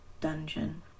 dungeon